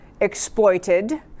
exploited